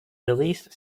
released